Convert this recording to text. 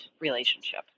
relationship